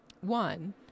one